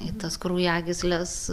į tas kraujagysles